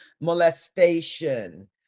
molestation